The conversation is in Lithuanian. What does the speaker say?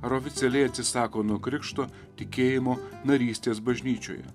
ar oficialiai atsisako nuo krikšto tikėjimo narystės bažnyčioje